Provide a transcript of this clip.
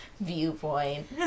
viewpoint